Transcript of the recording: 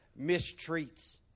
mistreats